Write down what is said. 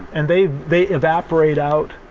and they they evaporate out,